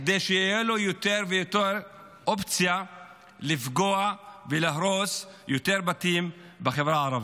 כדי שיהיו לו יותר ויותר אופציות לפגוע ולהרוס יותר בתים בחברה הערבית.